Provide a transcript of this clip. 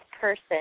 person